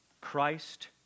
Christ